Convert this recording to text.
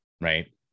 right